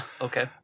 Okay